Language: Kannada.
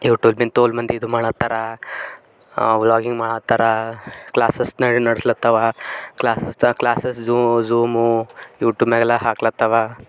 ಯೂಟ್ಯೂಬಿಂದ ತೋಲು ಮಂದಿ ಇದು ಮಾಡತ್ತಾರ ವ್ಲಾಗಿಂಗ್ ಮಾಡಿ ಹಾಕ್ತಾರೆ ಕ್ಲಾಸಸ್ ನಡ್ ನಡ್ಸ್ಲತ್ತಾವ ಕ್ಲಾಸಸ್ ಕ್ಲಾಸಸ್ದು ಝೂಮೂ ಯೂಟ್ಯೂಬ್ನಾಗೆಲ್ಲ ಹಾಕ್ಲತ್ತಾವ